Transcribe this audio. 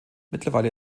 mittlerweile